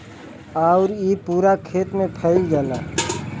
आउर इ पूरा खेत मे फैल जाला